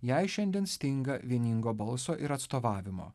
jai šiandien stinga vieningo balso ir atstovavimo